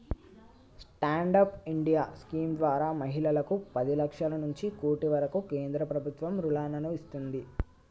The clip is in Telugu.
స్టాండ్ అప్ ఇండియా స్కీమ్ ద్వారా మహిళలకు పది లక్షల నుంచి కోటి వరకు కేంద్ర ప్రభుత్వం రుణాలను ఇస్తున్నాది